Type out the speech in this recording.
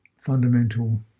fundamental